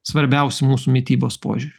svarbiausi mūsų mitybos požiūriu